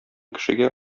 кешегә